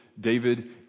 David